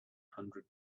hundred